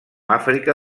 àfrica